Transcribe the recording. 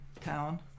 town